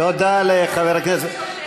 תודה לחבר הכנסת,